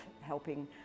helping